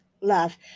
love